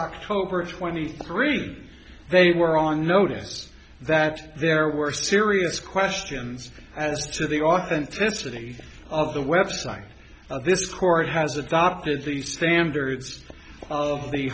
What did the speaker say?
october twenty three they were on notice that there were serious questions as to the authenticity of the website this court has adopted the standards of the